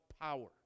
power